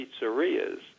pizzerias